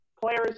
Players